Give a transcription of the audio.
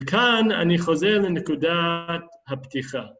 ‫וכאן אני חוזר לנקודת הפתיחה.